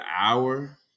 hour